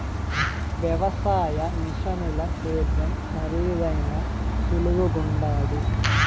వ్యవసాయ మిషనుల సేద్యం కరీదైనా సులువుగుండాది